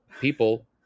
people